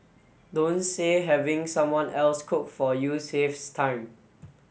don't say having someone else cook for you saves time